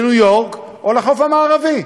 לניו-יורק או לחוף המערבי,